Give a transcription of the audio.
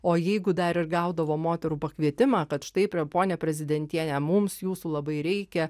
o jeigu dar ir gaudavo moterų pakvietimą kad štai ponia prezidentiene mums jūsų labai reikia